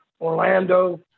Orlando